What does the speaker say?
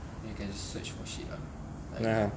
you can search for shit lah like